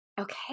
Okay